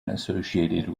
associated